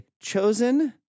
chosen